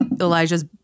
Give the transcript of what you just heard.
Elijah's